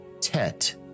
Tet